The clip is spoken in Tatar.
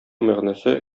мәгънәсе